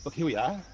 but here we are.